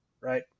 right